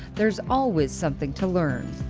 there's always something to learn.